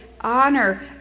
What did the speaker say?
honor